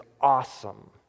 awesome